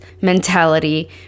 mentality